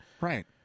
Right